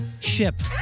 Ship